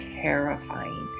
terrifying